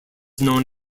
known